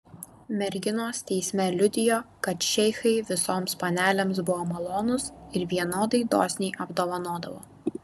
merginos teisme liudijo kad šeichai visoms panelėms buvo malonūs ir vienodai dosniai apdovanodavo